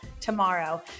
tomorrow